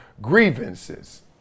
grievances